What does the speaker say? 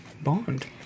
bond